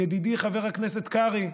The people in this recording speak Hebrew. ידידי חבר הכנסת קרעי,